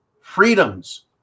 freedoms